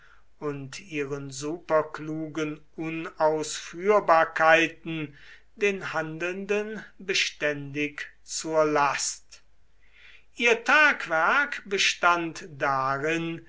und ihren superklugen unausführbarkeiten den handelnden beständig zur last ihr tagewerk bestand darin